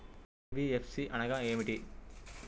NBFC అనగా ఏమిటీ?